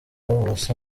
ubusa